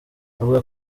avuga